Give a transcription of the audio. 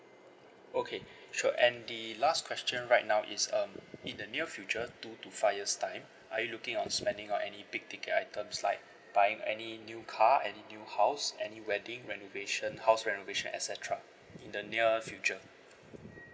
okay sure and the last question right now is um in the near future two to five years' time are you looking on spending on any big ticket items like buying any new car any new house any wedding renovation house renovation et cetera in the near future